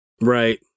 right